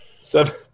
Seven